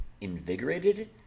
invigorated